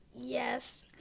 Yes